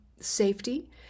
safety